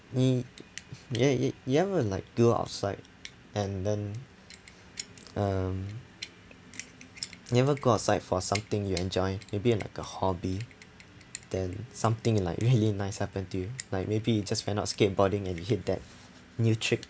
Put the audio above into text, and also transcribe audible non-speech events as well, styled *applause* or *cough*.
y~ y~ y~ you ever like do outside and then um never go outside for something you enjoy maybe like a hobby then something like really *laughs* nice happen to you like maybe you just went out skateboarding and hit that new trick